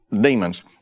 demons